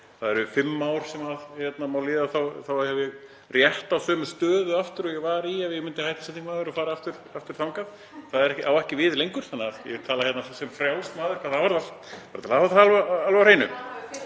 það eru fimm ár sem mega líða og þá hefði ég rétt á sömu stöðu aftur og ég var í ef ég myndi hætta sem þingmaður og fara aftur þangað. Það á ekki við lengur þannig að ég tala hérna sem frjáls maður hvað það varðar — bara